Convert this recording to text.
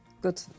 good